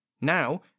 Now